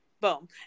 Boom